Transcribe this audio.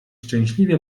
szczęśliwie